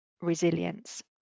resilience